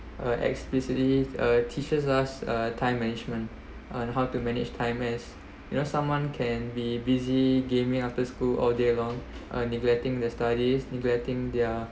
uh explicitly uh teaches us uh time management on how to manage time as you know someone can be busy gaming after school all day long uh neglecting the studies neglecting their